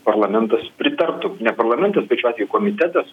parlamentas pritartų ne parlamentas bet šiuo atveju komitetas